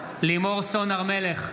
לימור סון הר מלך,